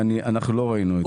אנחנו לא ראינו את זה.